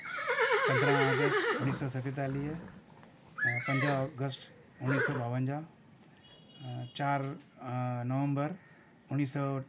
पंद्रहां अगस्ट उणिवीह सौ सतेतालीह पंज अगस्ट उणिवीह सौ ॿावनजाह चारि नवंबर उणिवीह सौ